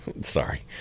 Sorry